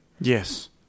Yes